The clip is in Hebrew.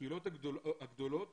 שהקהילות הגדולות